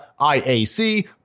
IAC